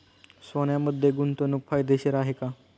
सोन्यामध्ये गुंतवणूक फायदेशीर आहे का?